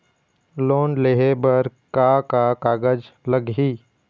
Loan लेहे बर का का कागज लगही?